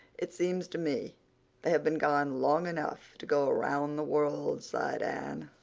it seems to me they have been gone long enough to go around the world, sighed anne.